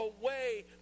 away